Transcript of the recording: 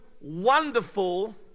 wonderful